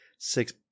Six